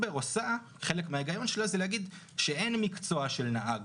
חלק מההיגיון של אובר זה להגיש שאין מקצוע של נהג.